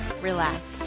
relax